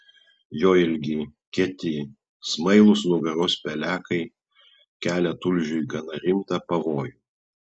jo ilgi kieti smailūs nugaros pelekai kelia tulžiui gana rimtą pavojų